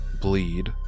bleed